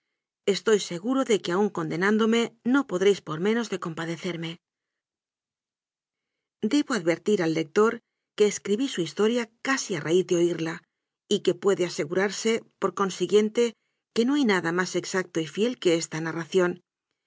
estoy seguro de que aun condenándome no podréis por menos de compa decerme debo advertir al lector que escribí su historia casi a raíz de oiría y que puede asegurarse por consiguiente que no hay nada más exacto y fiel que esta narración